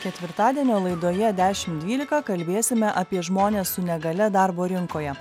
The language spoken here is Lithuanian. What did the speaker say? ketvirtadienio laidoje dešimt dvylika kalbėsime apie žmones su negalia darbo rinkoje